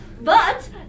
but-